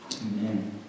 Amen